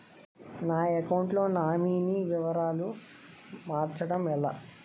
నా అకౌంట్ లో నామినీ వివరాలు మార్చటం ఎలా?